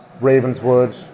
Ravenswood